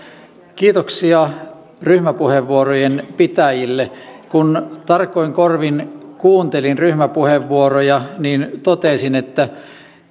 kiitoksia ryhmäpuheenvuorojen pitäjille kun tarkoin korvin kuuntelin ryhmäpuheenvuoroja niin totesin että